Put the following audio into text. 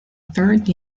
third